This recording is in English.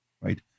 right